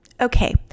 Okay